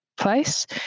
place